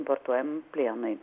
importuojam plienui